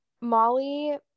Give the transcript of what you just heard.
Molly